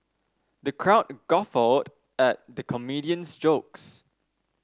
the crowd guffawed at the comedian's jokes